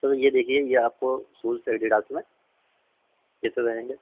sir यह देखिए यह आपको सूज़ एडीडास में कैसे रहेंगे